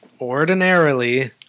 ordinarily